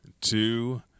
two